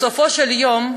בסופו של יום,